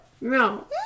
No